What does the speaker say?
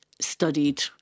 studied